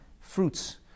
fruits